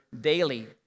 daily